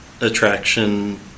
attraction